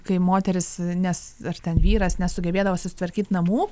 kai moteris nes ar ten vyras nesugebėdavo susitvarkyt namų